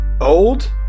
Old